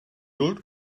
old